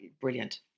Brilliant